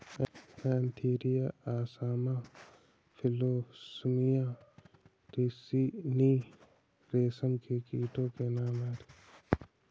Antheraea assama Philosamia ricini रेशम के कीटो के नाम हैं